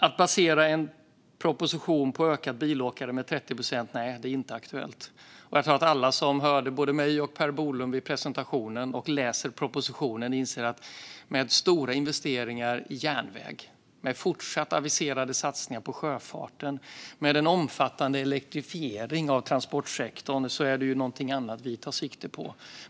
Att basera en proposition på en 30-procentig ökning av bilåkandet är inte aktuellt. Jag tror att alla som hörde mig och Per Bolund vid presentationen och som läser propositionen inser att med stora investeringar i järnväg, fortsatt aviserade satsningar på sjöfarten och en omfattande elektrifiering av transportsektorn är det något annat vi tar sikte på.